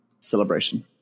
celebration